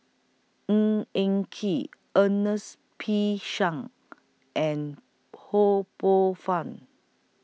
Ng Eng Kee Ernest P Shanks and Ho Poh Fun